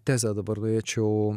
tezę dabar norėčiau